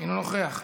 אינו נוכח,